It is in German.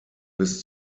bis